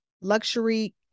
luxury